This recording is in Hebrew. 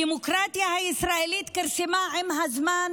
הדמוקרטיה הישראלית כרסמה עם הזמן,